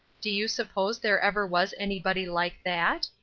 do you suppose there ever was anybody like that?